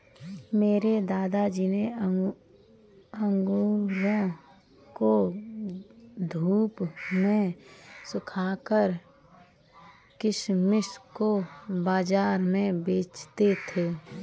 मेरे दादाजी अंगूरों को धूप में सुखाकर किशमिश को बाज़ार में बेचते थे